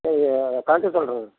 இது கலந்துக்க சொல்கிறேங்க